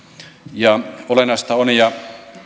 ja olennaista on ja